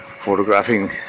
photographing